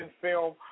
film